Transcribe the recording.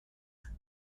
are